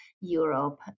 Europe